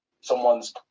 someone's